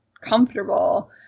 comfortable